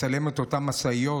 מצלם את אותן משאיות